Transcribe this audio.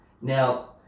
Now